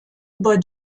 über